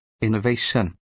innovation